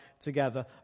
together